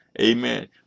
Amen